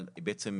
אבל בעצם,